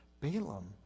Balaam